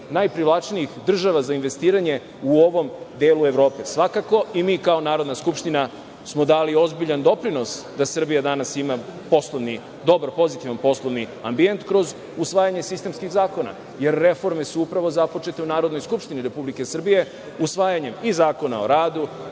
najprivlačnijih država za investiranje u ovom delu Evrope i mi kao Narodna skupština smo dali ozbiljan doprinos da Srbija danas ima dobar, pozitivni poslovni ambijent kroz usvajanje sistemskih zakona. Jer, reforme su upravo započete u Narodnoj skupštini Republike Srbije usvajanjem Zakona o radu,